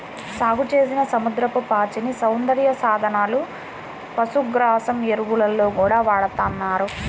సాగుచేసిన సముద్రపు పాచిని సౌందర్య సాధనాలు, పశుగ్రాసం, ఎరువుల్లో గూడా వాడతన్నారు